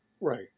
Right